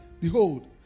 Behold